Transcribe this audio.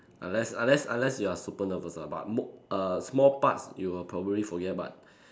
unless unless unless you are super nervous lah but mo~ err small part you will probably forget but